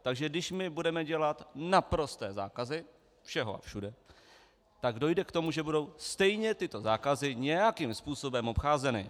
Takže když my budeme dělat naprosté zákazy všeho a všude, dojde k tomu, že budou stejně tyto zákazy nějakým způsobem obcházeny.